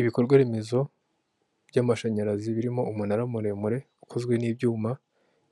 Ibikorwa remezo by'amashanyarazi birimo umunara muremure ukozwe n'ibyuma